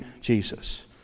Jesus